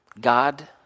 God